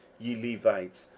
ye levites,